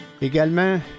Également